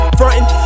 fronting